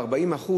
ב-40%,